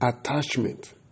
Attachment